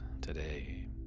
today